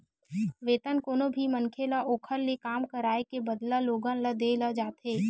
वेतन कोनो भी मनखे ल ओखर ले काम कराए के बदला लोगन ल देय जाथे